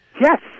Yes